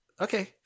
Okay